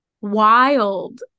Wild